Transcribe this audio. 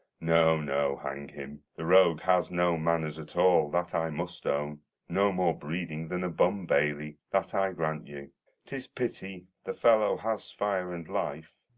no, no, hang him, the rogue has no manners at all, that i must own no more breeding than a bum-baily, that i grant you tis pity the fellow has fire and life.